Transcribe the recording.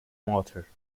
water